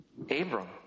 Abram